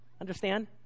Understand